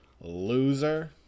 Loser